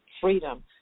Freedom